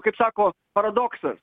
kaip sako paradoksas